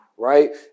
Right